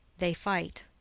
they fight.